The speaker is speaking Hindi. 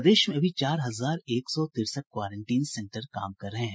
प्रदेश में अभी चार हजार एक सौ तिरसठ क्वारेंटीन सेंटर काम कर रहे हैं